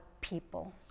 people